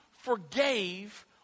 forgave